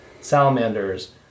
salamanders